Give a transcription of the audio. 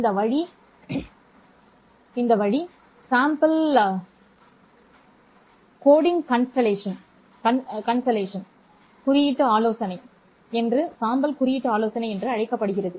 இந்த வழி சாம்பல் குறியீட்டு ஆலோசனை என்று அழைக்கப்படுகிறது